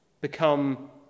become